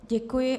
Děkuji.